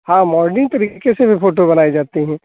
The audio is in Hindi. हाँ मॉडलिंग तरीके से भी फोटो बनाई जाती है